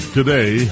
today